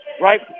Right